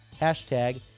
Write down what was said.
Hashtag